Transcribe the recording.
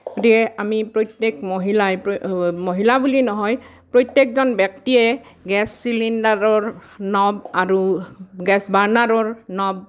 তে আমি প্ৰত্যেক মহিলাই মহিলা বুলি নহয় প্ৰত্যেকজন ব্যক্তিয়ে গেছ চিলিণ্ডাৰৰ নব আৰু গেছ বাৰ্ণাৰৰ নব